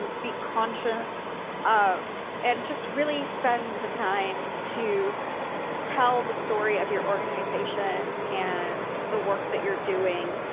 and be conscious so of and just really spend the time to tell the story of your organization and the work that you're doing.